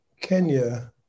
Kenya